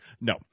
No